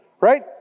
right